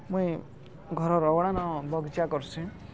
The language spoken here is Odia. ମୁଇଁ ଘରର୍ ଅଗଡ଼ାନ ବଗିଚା କର୍ସିଁ